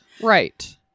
Right